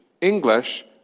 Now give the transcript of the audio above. English